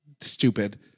stupid